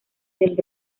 del